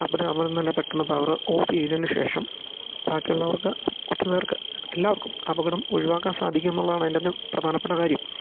അവർ അവിടെ നിന്ന് തന്നെ പെട്ടെന്ന് പവറ് ഓഫ് ചെയ്തതിന് ശേഷം ബാക്കിയുള്ളവർക്ക് ഒത്തിരി പേർക്ക് എല്ലാവർക്കും അപകടം ഒഴിവാക്കാൻ സാധിക്കും എന്നുള്ളതാണ് അതിൻ്റകത്ത് പ്രധാനപ്പെട്ട കാര്യം